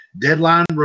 Deadline